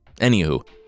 Anywho